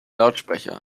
lautsprecher